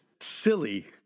silly